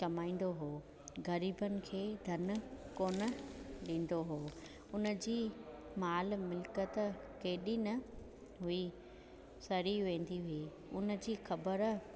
कमाईंदो हो ग़रीबनि खे धन कोन ॾींदो हो उनजी माल मिलकियत केॾी न हुई सड़ी वेंदी हुई हुनजी ख़बर